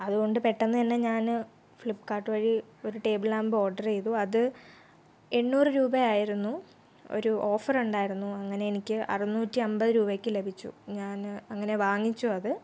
അതുകൊണ്ട് പെട്ടെന്ന് തന്നെ ഞാൻ ഫ്ലിപ്കാർട്ട് വഴി ഒരു ടേബിൾ ലാമ്പ് ഓർഡർ ചെയ്തു അത് എണ്ണൂറ് രൂപയായിരുന്നു ഒരു ഓഫറ്ണ്ടായിരുന്നു അങ്ങനെ എനിക്ക് അറുനൂറ്റി അമ്പത് രൂപയ്ക്ക് ലഭിച്ചു ഞാൻ അങ്ങനെ വാങ്ങിച്ചു അത്